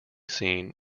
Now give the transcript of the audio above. seen